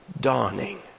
dawning